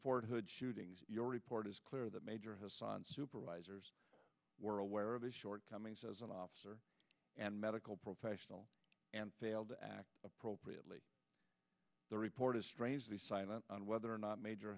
fort hood shootings your report is clear that major hasan supervisors were aware of his shortcomings as an officer and medical professional and failed to act appropriately the report is strangely silent on whether or not major